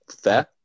Fair